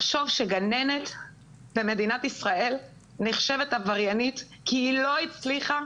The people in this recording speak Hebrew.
לחשוב שגננת במדינת ישראל נחשבת עבריינית כי היא לא הצליחה